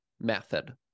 method